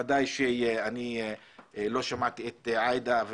אני לא שמעתי את עאידה,